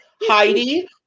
Heidi